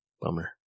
Bummer